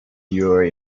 your